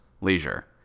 leisure